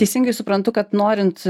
teisingai suprantu kad norint